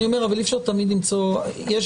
אבל אני אומר שאי-אפשר תמיד למצוא יש